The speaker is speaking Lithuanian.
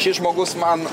šis žmogus man